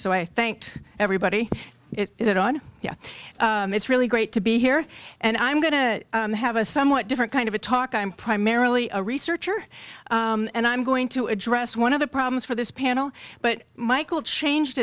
so i thanked everybody it on yeah it's really great to be here and i'm going to have a somewhat different kind of a talk i'm primarily a researcher and i'm going to address one of the problems for this panel but michael changed